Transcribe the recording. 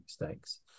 mistakes